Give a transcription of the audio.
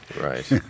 right